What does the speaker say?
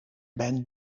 ben